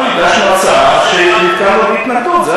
אנחנו הגשנו הצעה ונתקלנו בהתנגדות.